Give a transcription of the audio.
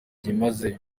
byimazeyo